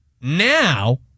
now